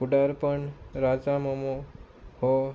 फुडारपण राजा मोमो हो